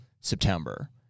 September